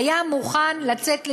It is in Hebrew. לצאת לשידור,